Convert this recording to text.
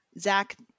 Zach